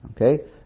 Okay